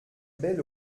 belle